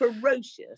ferocious